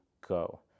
go